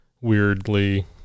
weirdly